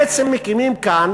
בעצם מקימים כאן